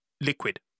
liquid